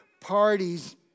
parties